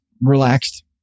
relaxed